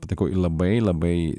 patekau į labai labai